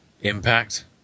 Impact